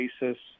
basis